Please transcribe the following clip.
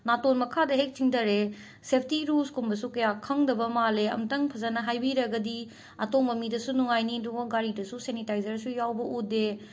ꯅꯥꯇꯣꯟ ꯃꯈꯥꯗ ꯍꯦꯛ ꯆꯤꯡꯗꯔꯛꯑꯦ ꯁꯦꯐꯇꯤ ꯔꯨꯜꯁꯀꯨꯝꯕꯁꯨ ꯀꯌꯥ ꯈꯪꯗꯕ ꯃꯥꯜꯂꯦ ꯑꯃꯨꯛꯇꯪ ꯐꯖꯅ ꯍꯥꯏꯕꯤꯔꯒꯗꯤ ꯑꯇꯣꯡꯕ ꯃꯤꯗꯁꯨ ꯅꯨꯡꯉꯥꯏꯅꯤ ꯑꯗꯨꯒ ꯒꯥꯔꯤꯗꯁꯨ ꯁꯦꯅꯤꯇꯥꯏꯖꯔꯁꯨ ꯌꯥꯎꯕ ꯎꯗꯦ